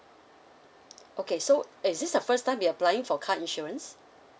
okay so is this the first time you're applying for car insurance